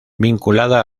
vinculada